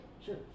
Sure